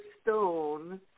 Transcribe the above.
stone